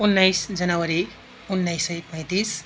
उन्नाइस जनवरी उन्नाइस सय पैँतिस